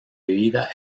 vida